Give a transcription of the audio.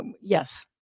yes